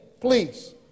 Please